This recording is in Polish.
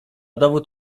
dowód